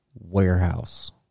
warehouse